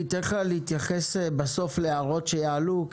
אני אתן לך להתייחס בסוף להערות שיעלו,